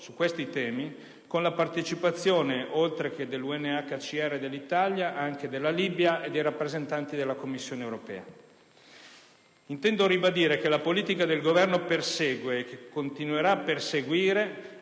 su questi temi con la partecipazione, oltre che dell'UNHCR e dell'Italia, anche della Libia e dei rappresentanti della Commissione europea. Intendo ribadire che la politica che il Governo persegue e continuerà a perseguire